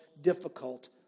difficult